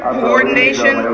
coordination